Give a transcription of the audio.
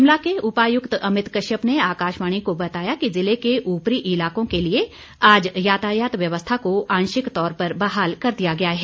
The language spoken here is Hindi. शिमला के उपायुक्त अमित कश्यप ने आकाशवाणी को बताया कि जिले के उपरी इलाकों के लिए आज यातायात व्यवस्था को आंशिक तौर पर बहाल कर दिया गया है